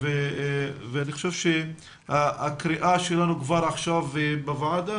ואני חושב שהקריאה שלנו כבר עכשיו בוועדה